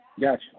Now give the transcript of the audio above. Gotcha